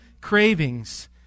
cravings